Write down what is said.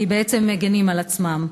כי בעצם הם מגינים על עצמם.